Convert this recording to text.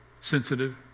sensitive